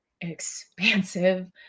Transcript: expansive